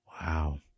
Wow